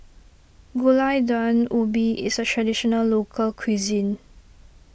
Gulai Daun Ubi is a Traditional Local Cuisine